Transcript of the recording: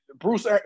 Bruce